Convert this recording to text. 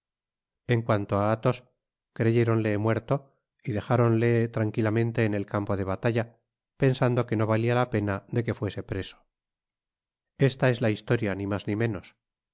en cuanto á athos creyéronle muerto y dejáronte tranquilamente en el campo de batalla pensando que no valia la pena de que fuese preso esta es la historia ni mas ni menos no